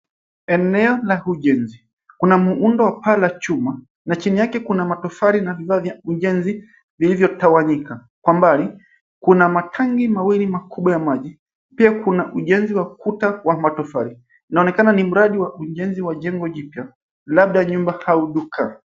Eneo la ujenzi. Kuna muundo wa paa la chuma na chini yake kuna matofali na vifaa vya ujenzi zilizotawanyika. Kwa mbali, kuna matangi mawili makubwa ya maji. Pia kuna ujenzi wa kuta wa matofali. Inaonekana ni mradi wa ujenzi wa jengo jipya labda nyumba au duka.